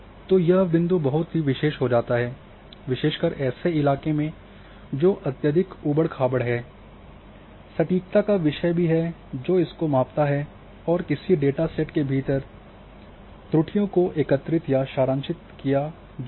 तो यह बिंदु बहुत ही विशेष हो जाता है विशेषकर ऐसे इलाके में जो अत्यधिक ऊबड़ खाबड़ है सटीकता का विषय भी है जो इसको मापता है और किसी डेटासेट के भीतर त्रुटियों को एकत्रित या सारांशित करता है